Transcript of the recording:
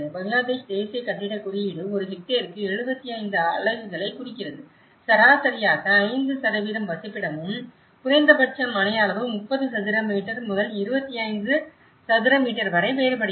பங்களாதேஷ் தேசிய கட்டிடக் குறியீடு ஒரு ஹெக்டேருக்கு 75 அலகுகளைக் குறிக்கிறது சராசரியாக 5 வசிப்பிடமும் குறைந்தபட்ச மனை அளவு 30 சதுர மீட்டர் முதல் 25 சதுர மீட்டர் வரை வேறுபடுகிறது